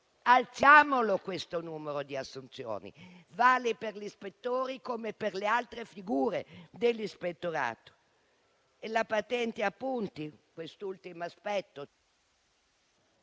Aumentiamo il numero di assunzioni! Vale per gli ispettori come per le altre figure dell'Ispettorato. La patente a punti, quest'ultimo aspetto...